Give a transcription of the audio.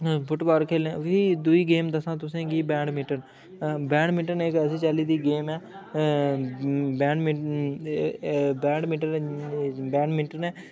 अऽ फुट्टबाल खेलने गी फ्ही दूई गेम दस्सां तु'सें गी बैडमिंटन बैडमिंटन इक ऐसी चाल्ली दी गेम ऐ अऽ बैडमिंटन अऽ बैडमिंटन बैडमिंटन ऐ